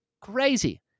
crazy